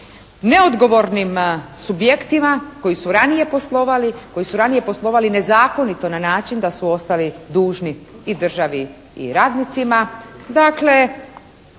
neodgovornim subjektima koji su ranije poslovali nezakonito na način da su ostali dužni i državi i radnicima.